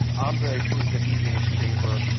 i'm very pleased that he's in this chamber.